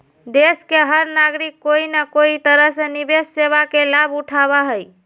देश के हर नागरिक कोई न कोई तरह से निवेश सेवा के लाभ उठावा हई